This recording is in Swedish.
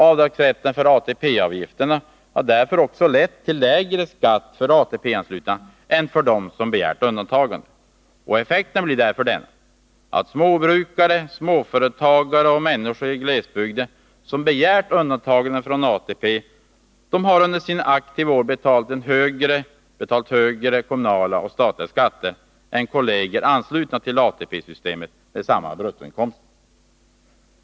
Avdragsrätten för ATP-avgifterna har därför lett till lägre skatt för ATP-anslutna än för dem som begärt undantag. Effekten blir därför den att småbrukare, småföretagare och människor i glesbygden som begärt undantagande från ATP under sina aktiva år har betalat högre statliga och kommunala skatter än kolleger anslutna till ATP-systemet med samma bruttoinkomster.